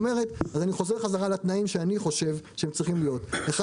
אז אני חוזר חזרה לתנאים שלדעתי צריכים להיות: א',